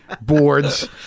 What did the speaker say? boards